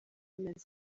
amezi